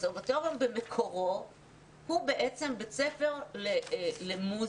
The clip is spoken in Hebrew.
קונסרבטוריון במקורו הוא בעצם בית ספר למוסיקה,